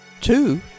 two